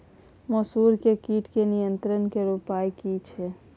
मसूर के कीट के नियंत्रण के उपाय की छिये?